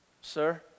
Sir